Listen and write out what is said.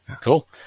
Cool